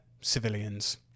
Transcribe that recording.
civilians